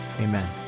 amen